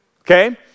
okay